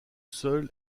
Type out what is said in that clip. seuls